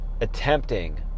attempting